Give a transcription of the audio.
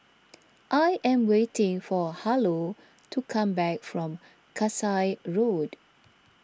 I am waiting for Harlow to come back from Kasai Road